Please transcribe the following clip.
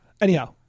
anyhow